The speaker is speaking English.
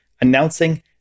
announcing